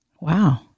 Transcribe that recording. Wow